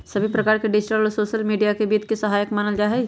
सभी प्रकार से डिजिटल और सोसल मीडिया के वित्त के सहायक मानल जाहई